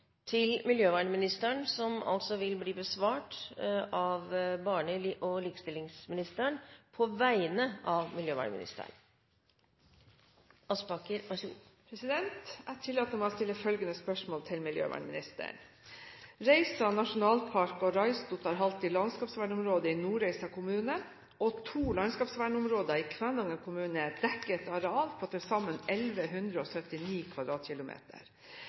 til miljøvernministeren, vil bli besvart av barne-, likestillings- og familieministeren på vegne av miljøvernministeren, som er bortreist. Jeg har tillatt meg å stille følgende spørsmål til miljøvernministeren: «Reisa nasjonalpark og Ráisduottarháldi landskapsvernområde i Nordreisa kommune og to landskapsvernområder i Kvænangen kommune dekker et areal på til sammen 1 179 kvadratkilometer.